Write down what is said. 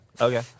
Okay